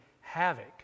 havoc